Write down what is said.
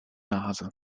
nase